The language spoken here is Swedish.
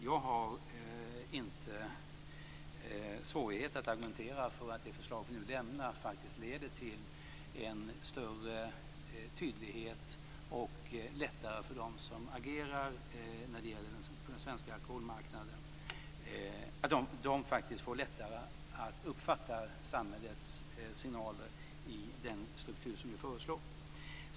Jag har inga svårigheter att argumentera för att det förslag vi nu lämnar faktisk leder till en större tydlighet och att det blir lättare för dem som agerar på den svenska alkoholmarknaden. De får faktiskt lättare att uppfatta samhällets signaler i den struktur som vi föreslår.